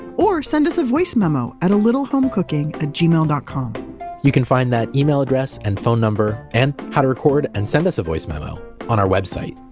or send us a voice memo at alittlehomecooking ah at gmail dot com you can find that email address and phone number and how to record and send us a voice memo on our website,